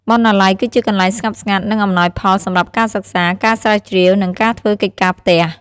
បណ្ណាល័យគឺជាកន្លែងស្ងប់ស្ងាត់ និងអំណោយផលសម្រាប់ការសិក្សា ការស្រាវជ្រាវ និងការធ្វើកិច្ចការផ្ទះ។